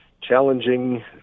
challenging